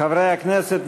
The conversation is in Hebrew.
חברי הכנסת,